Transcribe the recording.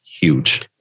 huge